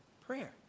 prayer